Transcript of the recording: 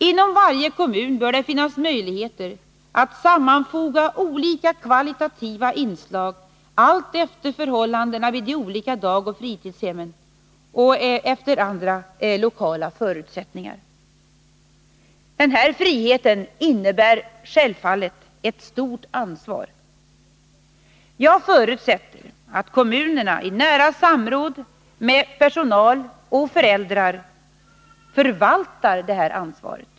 Inom varje kommun bör det finnas möjligheter att sammanfoga olika kvalitativa inslag alltefter förhållandena vid de olika dagoch fritidshemmen och efter andra lokala förutsättningar. Denna frihet innebär självfallet ett stort ansvar. Jag förutsätter att kommunerna i nära samråd med personal och föräldrar förvaltar detta ansvar.